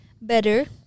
Better